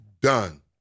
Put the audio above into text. done